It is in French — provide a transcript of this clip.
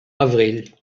avril